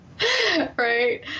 Right